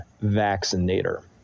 vaccinator